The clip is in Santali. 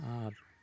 ᱟᱨ